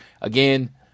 again